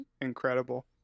incredible